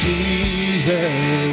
Jesus